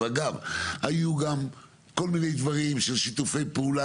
ואגב היו גם כל מיני דברים של שיתופי פעולה